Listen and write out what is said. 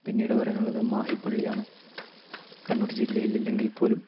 പിന്നീട് പറയാനുള്ളത് മാഹി പള്ളിയാണ് കണ്ണൂർ ജില്ലയിൽ ഇല്ലെങ്കിൽ പോലും